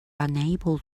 unable